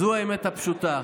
זו האמת הפשוטה.